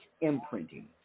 imprinting